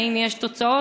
האם יש תוצאות,